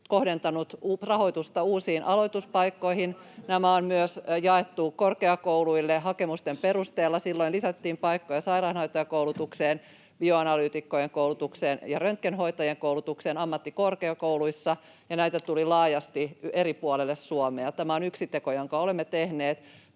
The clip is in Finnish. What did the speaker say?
kohdentanut rahoitusta uusiin aloituspaikkoihin. Nämä on myös jaettu korkeakouluille hakemusten perusteella. Silloin lisättiin paikkoja sairaanhoitajakoulutukseen, bioanalyytikkojen koulutukseen ja röntgenhoitajien koulutukseen ammattikorkeakouluissa, ja näitä tuli laajasti eri puolille Suomea. Tämä on yksi teko, jonka olemme tehneet.